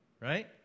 right